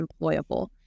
employable